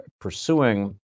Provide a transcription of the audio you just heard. pursuing